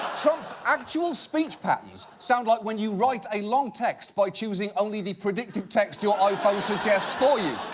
trump's actual speech patterns sound like when you write a long text by choosing only the predictive text your iphone suggests for you.